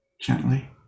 gently